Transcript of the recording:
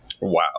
Wow